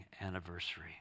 anniversary